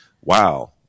wow